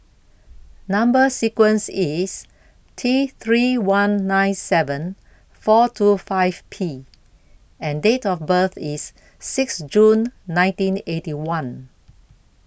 Number sequence IS T three one nine seven four two five P and Date of birth IS six June nineteen Eighty One